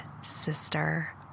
Sister